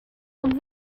und